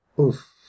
Oof